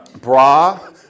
bra